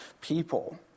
people